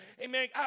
Amen